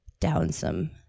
downsome